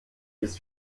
ist